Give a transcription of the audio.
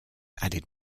added